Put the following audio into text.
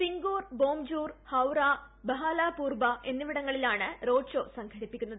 സിംഗൂർ ഭോംജ്ജൂർ ഹൌറ ബഹാലപൂർബ എന്നിവിടങ്ങളിലാണ് റോഡ് ഷോ സംഘടിപ്പിക്കുന്നത്